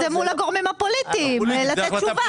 זה מול הגורמים הפוליטיים כדי לתת תשובה.